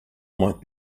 might